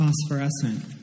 phosphorescent